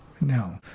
No